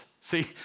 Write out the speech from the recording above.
See